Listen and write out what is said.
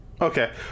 Okay